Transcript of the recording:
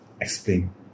Explain